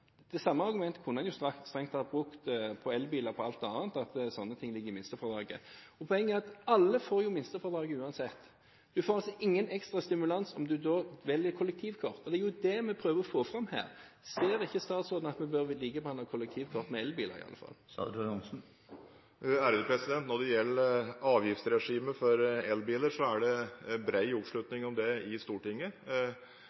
Det samme argumentet kunne en strengt tatt brukt på elbiler og på alt annet, at dette ligger inne i minstefradraget. Poenget er at alle får minstefradraget uansett. Du får altså ingen ekstra stimulans om du velger kollektivtrafikk. Det er det vi prøver å få fram her. Ser ikke statsråden at vi bør likebehandle kollektivtrafikk og elbiler? Når det gjelder avgiftsregimet for elbiler, er det bred oppslutning om det i Stortinget. Der har finanskomiteen og et stort flertall i Stortinget sagt hvordan det skal være i tiden framover. Finansministeren forholder seg til det